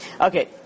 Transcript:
Okay